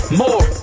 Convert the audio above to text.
more